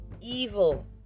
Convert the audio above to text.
evil